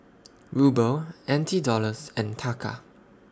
Ruble N T Dollars and Taka